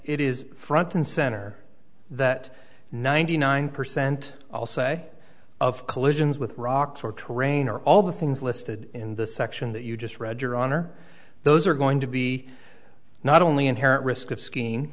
it is front and center that ninety nine percent i'll say of collisions with rocks or terrain or all the things listed in the section that you just read your honor those are going to be not only inherent risk of skiing